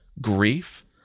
grief